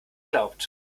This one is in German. glaubt